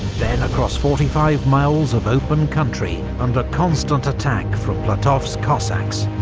then across forty five miles of open country under constant attack from platov's cossacks,